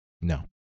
No